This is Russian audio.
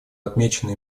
отмечены